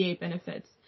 benefits